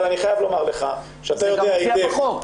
אבל אני חייב לומר לך שאתה יודע היטב --- זה גם מופיע בחוק.